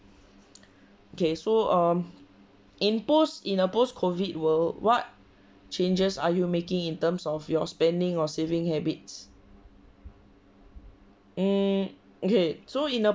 okay so um in post in a post COVID world what changes are you making in terms of your spending or saving habits mm okay so in the